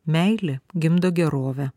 meilė gimdo gerovę